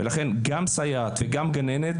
לכן גם סייעת וגם גננת,